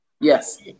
yes